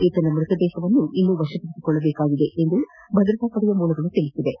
ಇವನ ಮೃತದೇಹವನ್ನು ಇನ್ನೂ ವಶಪಡಿಸಿಕೊಳ್ಳಬೇಕಾಗಿದೆ ಎಂದು ಭದ್ರತಾ ಮೂಲಗಳು ತಿಳಿಸಿವೆ